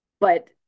But-